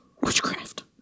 Witchcraft